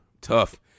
tough